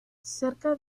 cerca